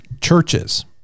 churches